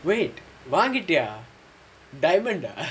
wait வாங்கிட்டியா:vaangittiyaa diamond ah